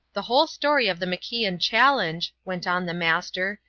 the whole story of the macian challenge, went on the master,